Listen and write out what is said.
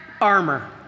armor